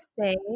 say